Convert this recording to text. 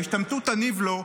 ההשתמטות תניב לו,